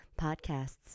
podcasts